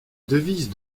devise